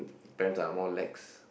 parents are more lax